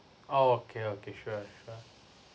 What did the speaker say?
oh okay okay sure sure